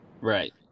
Right